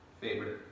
Favorite